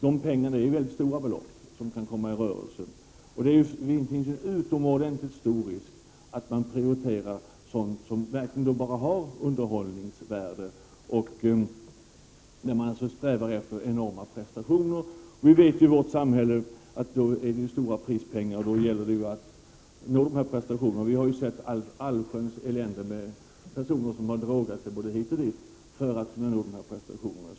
Det är stora belopp som kan komma i rörelse, och det finns en utomordentligt stor risk för att sådant som bara har underhållningsvärde prioriteras och att de enorma prestationerna eftersträvas. Det är fråga om stora prispengar, och då gäller det att nå de här prestationerna. Jag erinrar mig att vi har sett allsköns elände med personer som har drogat sig på olika sätt för att kunna uppnå prestationer.